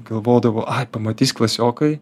galvodavau ai pamatys klasiokai